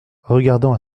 regardant